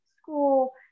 school